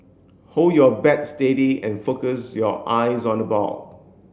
hold your bat steady and focus your eyes on the ball